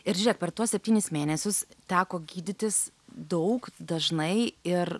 ir žiūrėk per tuos septynis mėnesius teko gydytis daug dažnai ir